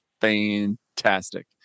fantastic